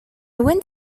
went